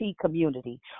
community